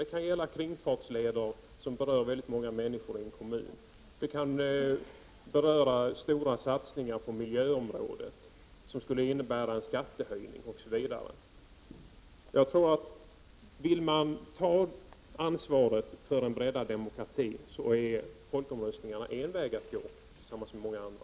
Det kan gälla kringfartsleder, som berör många människor i en kommun, och det kan beröra stora satsningar på miljöområdet, som skulle leda till skattehöjning osv. För den som vill ta ett ansvar för en breddning av demokratin tror jag att folkomröstningar är en väg att gå, tillsammans med många andra.